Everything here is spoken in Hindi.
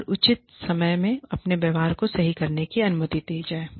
और उचित समय मे अपने व्यवहार को सही करने की अनुमति दी जाए